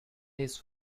his